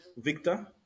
Victor